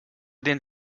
den